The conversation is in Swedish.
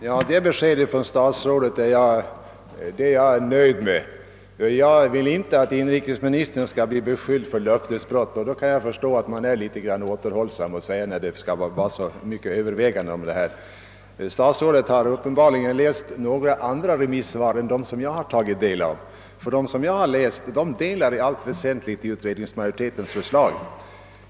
Herr talman! Detta besked från statsrådet är jag mera nöjd med. Jag vill inte att inrikesministern skall bli beskylld för löftesbrott, och jag kan förstå att han är litet återhållsam när överväganden pågår i denna fråga. Statsrådet har uppenbarligen läst några andra remissvar än dem som jag har tagit del av, ty dessa ansluter sig i allt väsentligt till utredningsmajoritetens förslag.